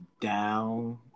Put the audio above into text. down